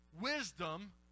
wisdom